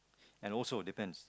and also depends